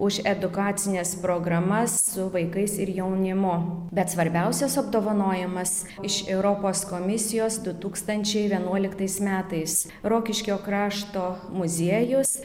už edukacines programas su vaikais ir jaunimu bet svarbiausias apdovanojimas iš europos komisijos du tūkstančiai vienuoliktais metais rokiškio krašto muziejus